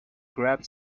grabbed